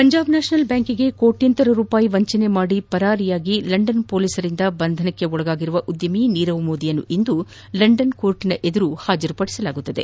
Punjab national ಬ್ಯಾಂಕಿಗೆ ಕೋಟ್ಯಂತರ ರೂಪಾಯಿ ವಂಚನೆ ಮಾಡಿ ಪರಾರಿಯಾಗಿ ಲಂಡನ್ ಪೊಲೀಸರಿಂದ ಬಂಧನವಾಗಿದ್ದ ಉದ್ಯಮಿ ನೀರವ್ ಮೋದಿಯನ್ನು ಇಂದು ಲಂಡನ್ ನ್ಯಾಯಾಲಯದ ಮುಂದೆ ಹಾಜರು ಪದಿಸಲಾಗುವುದು